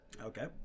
Okay